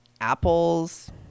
apples